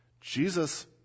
Jesus